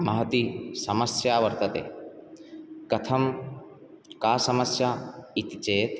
महती समस्या वर्तते कथं का समस्या इति चेत्